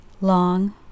Long